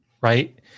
right